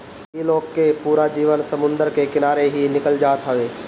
इ लोग के पूरा जीवन समुंदर के किनारे ही निकल जात हवे